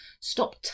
stop